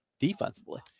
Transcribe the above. Defensively